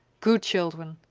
good children!